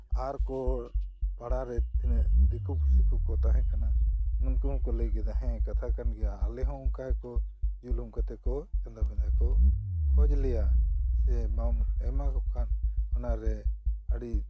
ᱟᱨ ᱠᱚ ᱯᱟᱲᱟ ᱨᱮ ᱛᱤᱱᱟᱹᱜ ᱫᱤᱠᱩ ᱯᱩᱥᱤ ᱠᱚᱠᱚ ᱛᱟᱦᱮᱸᱠᱟᱱᱟ ᱩᱱᱠᱩ ᱦᱚᱸᱠᱚ ᱞᱟᱹᱭ ᱠᱮᱫᱟ ᱦᱮᱸ ᱠᱟᱛᱷᱟ ᱠᱟᱱ ᱜᱮᱭᱟ ᱟᱞᱮ ᱦᱚᱸ ᱟᱞᱮ ᱦᱚᱸ ᱚᱝᱠᱟᱜᱮᱠᱚ ᱡᱩᱞᱩᱢ ᱠᱟᱛᱮ ᱠᱚ ᱪᱟᱸᱫᱟ ᱵᱷᱮᱫᱟ ᱠᱚ ᱠᱷᱚᱡ ᱞᱮᱭᱟ ᱥᱮ ᱵᱟᱢ ᱮᱢᱟ ᱠᱚ ᱠᱷᱟᱱ ᱚᱱᱟ ᱨᱮ ᱟᱹᱰᱤ